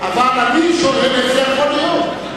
אבל אני שואל איך זה יכול להיות.